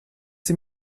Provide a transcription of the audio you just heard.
sie